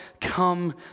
come